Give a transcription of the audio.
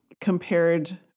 compared